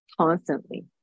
constantly